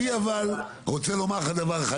אבל אני רוצה להגיד לך דבר אחד,